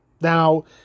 Now